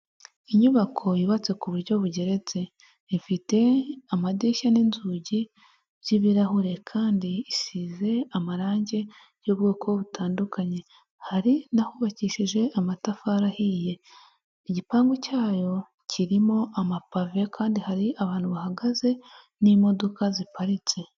Inyubako yubatse ku buryo bugeretse ifite amadirishya n'inzugi by'ibirahure kandi isize amarangi y'ubwoko butandukanye, hari n'ahubakishije amatafari ahiye, igipangu cyayo kirimo amapave kandi hari abantu bahagaze n'imodoka ziparitse.